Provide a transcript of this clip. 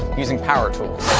using power tools.